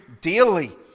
daily